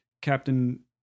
Captain